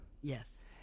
Yes